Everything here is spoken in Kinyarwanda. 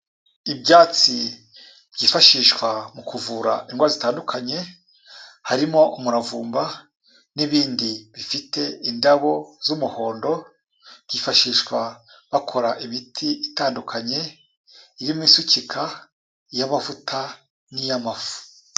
Ibyatsi byifashishwa mu kuvura indwara zitandukanye, harimo umuravumba n'ibindi bifite indabo z'umuhondo, byifashishwa bakora imiti itandukanye, irimo isukika, y'amavuta n'iy'amafu.